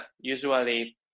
usually